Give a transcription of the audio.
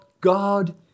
God